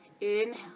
inhale